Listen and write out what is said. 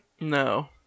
No